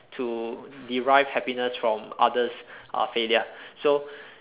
to derive happiness from others' uh failure so